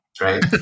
right